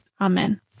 Amen